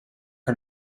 her